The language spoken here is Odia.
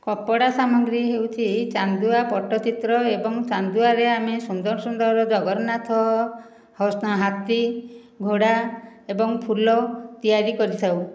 କପଡ଼ା ସାମଗ୍ରୀ ହେଉଛି ଚାନ୍ଦୁଆ ପଟ୍ଟଚିତ୍ର ଏବଂ ଚାନ୍ଦୁଆରେ ଆମେ ସୁନ୍ଦର ସୁନ୍ଦର ଜଗନ୍ନାଥ ହାତୀ ଘୋଡ଼ା ଏବଂ ଫୁଲ ତିଆରି କରିଥାଉ